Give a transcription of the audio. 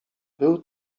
był